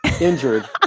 injured